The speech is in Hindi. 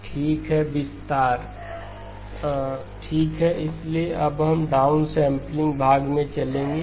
ठीक है इसलिए हम अब डाउनसम्पलिंग भाग में चलेंगे